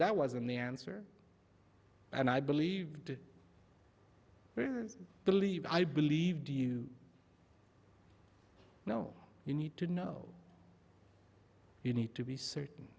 that was in the answer and i believe to believe i believe do you know you need to know you need to be certain